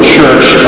Church